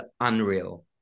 unreal